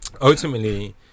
ultimately